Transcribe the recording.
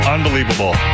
Unbelievable